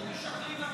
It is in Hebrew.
פשוט משקרים לכנסת.